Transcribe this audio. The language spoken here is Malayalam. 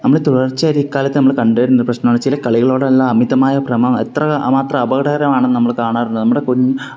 നമ്മള് തുടർച്ചയായിട്ട് ഈ കാലത്ത് നമ്മള് കണ്ട് വരുന്നൊരു പ്രശ്നമാണ് ചില കളികളോടുള്ള അമിതമായ ഭ്രമം എത്ര മാത്രം അപകടകരമാണെന്ന് നമ്മള് കാണാറുണ്ട് നമ്മുടെ